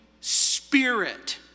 spirit